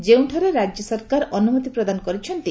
ଯେଉଁଠାରେ ରାଜ୍ୟ ସରକାର ଅନୁମତି ପ୍ରଦାନ କରିଛନ୍ତି